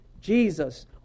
Jesus